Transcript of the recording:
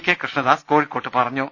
K Krishnadas കോഴിക്കോട്ട് പറഞ്ഞു